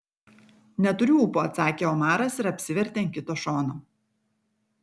neturiu ūpo atsakė omaras ir apsivertė ant kito šono